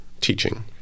teaching